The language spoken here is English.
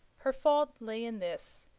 her fault lay in this,